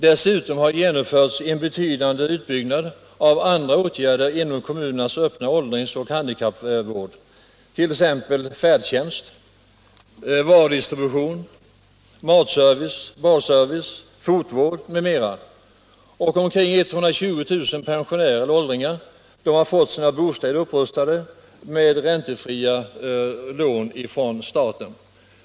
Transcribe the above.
Dessutom har en betydande utbyggnad av andra åtgärder i form av kommunernas öppna åldringsoch handikappvård genomförts, t.ex. färdtjänst, varudistribution, matservice, badservice, fotvård m.m. Omkring 120 000 pensionärer och åldringar har fått sina bostäder upprustade med hjälp av räntefria lån från staten.